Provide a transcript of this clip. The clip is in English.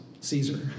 Caesar